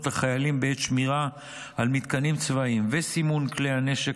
לחיילים בעת שמירה על מתקנים צבאיים וסימון כלי הנשק